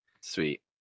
Sweet